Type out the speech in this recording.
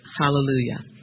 Hallelujah